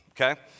Okay